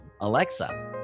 Alexa